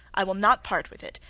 i will not part with it.